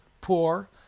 poor